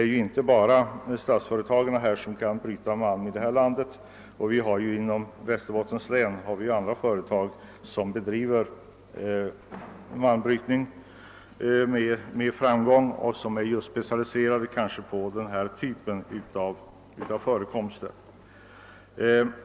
Det är inte bara de statliga företagen som kan bryta malm i det här landet; i Västerbottens län finns det andra företag som framgångsrikt bedriver malmbrytning och som är specialiserade på denna typ av förekomster.